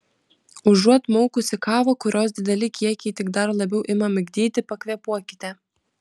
užuot maukusi kavą kurios dideli kiekiai tik dar labiau ima migdyti pakvėpuokite